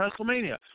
WrestleMania